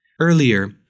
Earlier